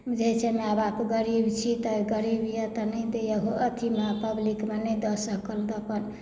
बुझैत छै माय बाप गरीब छै तऽ गरीब यए तऽ नहि दैए अथीमे पब्लिकमे नहि दऽ सकल तऽ अपन